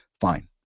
fine